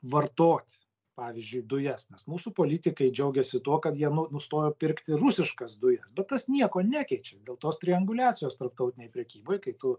vartot pavyzdžiui dujas nes mūsų politikai džiaugiasi tuo kad jie nu nustojo pirkti rusiškas dujas bet tas nieko nekeičia dėl tos trianguliacijos tarptautinėj prekyboj kai tu